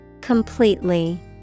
Completely